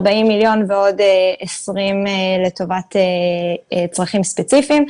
40 מיליון ועוד 20 מיליון לטובת צרכים ספציפיים.